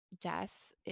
death